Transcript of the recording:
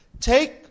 take